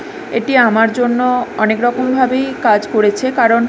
এটি আমার জন্য অনেকরকমভাবেই কাজ করেছে কারণ